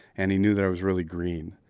and he knew that i was really green.